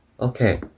Okay